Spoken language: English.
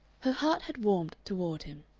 her heart had warmed toward him.